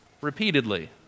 repeatedly